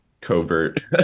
covert